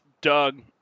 Doug